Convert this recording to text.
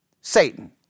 Satan